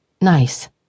Nice